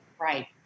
right